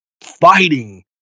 fighting